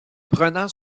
prenant